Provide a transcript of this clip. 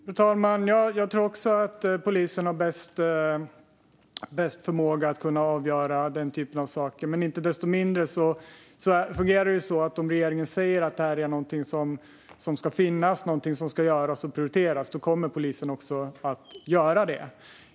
Fru talman! Jag tror också att polisen har bäst förmåga att avgöra den typen av saker. Men icke desto mindre fungerar det så att om regeringen säger att detta är någonting som ska finnas, göras och prioriteras kommer polisen att göra det.